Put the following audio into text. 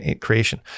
creation